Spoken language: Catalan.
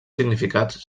significats